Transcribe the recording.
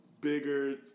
bigger